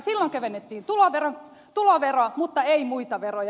silloin kevennettiin tuloveroa mutta ei muita veroja